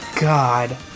God